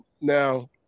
now